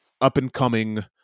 up-and-coming